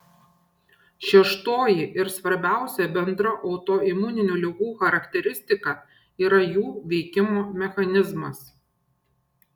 šeštoji ir svarbiausia bendra autoimuninių ligų charakteristika yra jų veikimo mechanizmas